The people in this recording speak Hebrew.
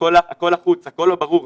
הכול לחוץ, הכול לא ברור.